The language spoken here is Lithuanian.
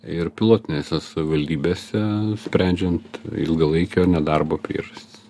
ir pilotinėse savivaldybėse sprendžiant ilgalaikio nedarbo priežastis